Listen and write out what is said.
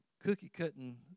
cookie-cutting